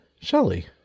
Shelly